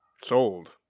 Sold